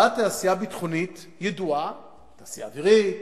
באה תעשייה ביטחונית ידועה, התעשייה האווירית,